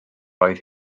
oedd